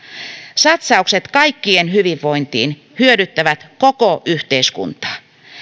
satsaukset kaikkien hyvinvointiin hyödyttävät koko yhteiskuntaa